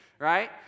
right